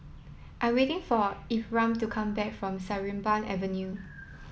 I am waiting for Ephraim to come back from Sarimbun Avenue